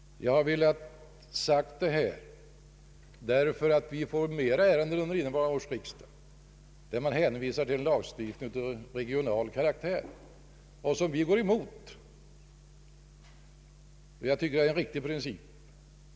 Jag har velat säga detta därför att vi får till behandling flera ärenden under innevarande års riksdag, där det föreligger förslag till lagstiftning av regional karaktär och som vi går emot därför att vi därmed anser oss hävda en riktig princip.